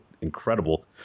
incredible